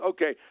Okay